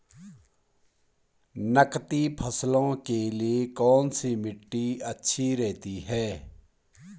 नकदी फसलों के लिए कौन सी मिट्टी अच्छी रहती है?